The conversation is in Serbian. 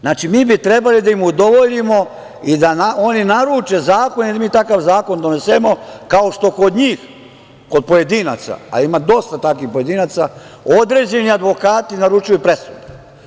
Znači, mi bi trebali da im udovoljimo i da oni naruče zakon i da mi takav zakon donesemo kao što kod njih, kod pojedinaca, a ima dosta takvih pojedinaca, određeni advokati naručuju presudu.